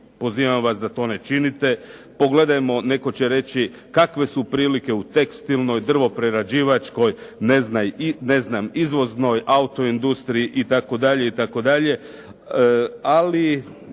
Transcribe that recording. pozivam vas da to ne činite. Pogledajmo, netko će reći, kakve su prilike u tekstilnoj, drvoprerađivačkoj i izvoznoj autoindustriji itd., itd. Ali